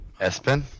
ESPN